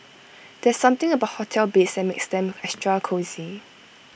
there's something about hotel beds that makes them extra cosy